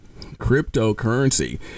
cryptocurrency